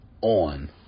on